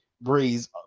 Breeze